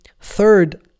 third